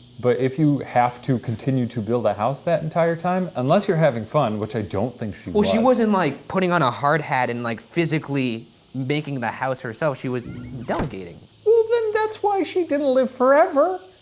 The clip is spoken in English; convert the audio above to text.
but if you have to continue to build a house that entire time, unless you're having fun, which i don't think she was. well, she wasn't like, putting on a hard hat and like physically making the house herself. she was delegating. well then that's why she didn't live forever!